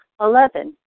Eleven